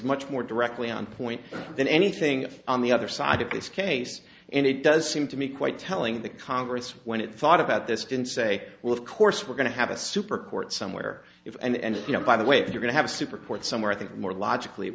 much more directly on point than anything on the other side of this case and it does seem to me quite telling the congress when it thought about this didn't say well of course we're going to have a super court somewhere if and you know by the way they're going to have super court somewhere i think more logically it